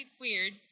weird